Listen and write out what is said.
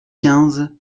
quinze